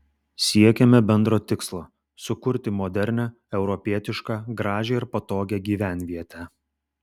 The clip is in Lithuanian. siekėme bendro tikslo sukurti modernią europietišką gražią ir patogią gyvenvietę